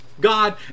God